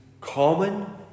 common